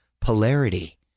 polarity